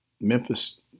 Memphis